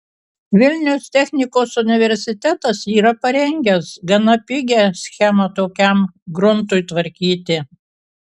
vilniaus technikos universitetas yra parengęs gana pigią schemą tokiam gruntui tvarkyti